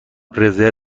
رزرو